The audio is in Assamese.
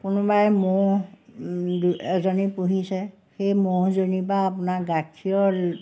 কোনোবাই ম'হ দুই এজনী পুহিছে সেই ম'হজনীৰপৰাও আপোনাৰ গাখীৰৰ